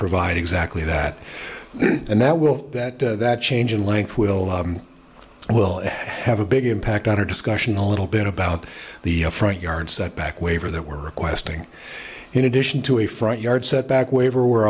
provide exactly that and that will that that change in length will will have a big impact on our discussion a little bit about the front yard setback waiver that we're requesting in addition to a front yard setback waiver we're